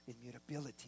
immutability